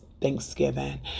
Thanksgiving